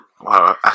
Wow